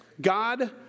God